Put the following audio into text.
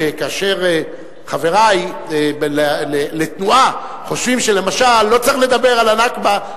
שכאשר חברי לתנועה חושבים שלמשל לא צריך לדבר על ה"נכבה",